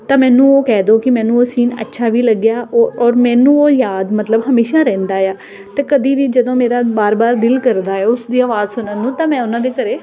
ਤਾਂ ਮੈਨੂੰ ਉਹ ਕਹਿ ਦਓ ਕਿ ਮੈਨੂੰ ਸੀਨ ਅੱਛਾ ਵੀ ਲੱਗਿਆ ਔ ਔਰ ਮੈਨੂੰ ਉਹ ਯਾਦ ਮਤਲਬ ਹਮੇਸ਼ਾ ਰਹਿੰਦਾ ਆ ਅਤੇ ਕਦੇ ਵੀ ਜਦੋਂ ਮੇਰਾ ਬਾਰ ਬਾਰ ਦਿਲ ਕਰਦਾ ਆ ਉਸਦੀ ਆਵਾਜ਼ ਸੁਣਨ ਨੂੰ ਤਾਂ ਮੈਂ ਉਹਨਾਂ ਦੇ ਘਰ